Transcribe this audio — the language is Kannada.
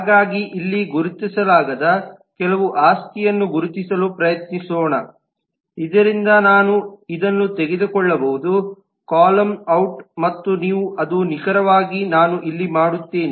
ಹಾಗಾಗಿ ಇಲ್ಲಿ ಗುರುತಿಸಲಾಗದ ಕೆಲವು ಆಸ್ತಿಯನ್ನು ಗುರುತಿಸಲು ಪ್ರಯತ್ನಿಸೋಣ ಇದರಿಂದ ನಾನು ಇದನ್ನು ತೆಗೆದುಕೊಳ್ಳಬಹುದು ಕಾಲಮ್ ಔಟ್ ಮತ್ತು ಅದು ನಿಖರವಾಗಿ ನಾನು ಇಲ್ಲಿ ಮಾಡುತ್ತೇನೆ